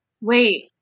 Wait